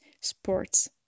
sports